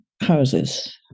houses